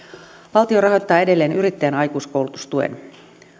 valtio rahoittaa edelleen yrittäjän aikuiskoulutustuen